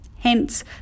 Hence